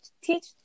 teach